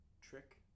Trick